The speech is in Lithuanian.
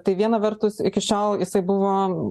tai viena vertus iki šiol jisai buvo